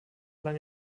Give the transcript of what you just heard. lang